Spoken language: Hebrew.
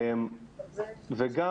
וגם,